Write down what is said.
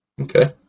Okay